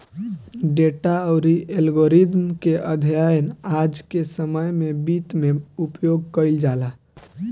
data अउरी algorithm के अध्ययन आज के समय में वित्त में उपयोग कईल जाला